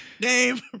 name